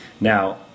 now